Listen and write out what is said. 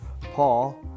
Paul